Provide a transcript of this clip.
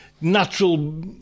natural